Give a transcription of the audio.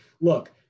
look